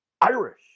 Irish